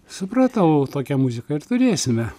supratau tokią muziką ir turėsime